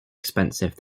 expensive